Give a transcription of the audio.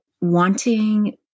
wanting